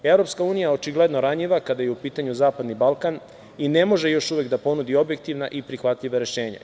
Evropska unija je očigledno ranjiva kada je u pitanju zapadni Balkan i ne može još uvek da ponudi objektivna i prihvatljiva rešenja.